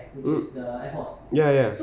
mm ya ya ya